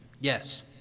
Yes